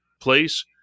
place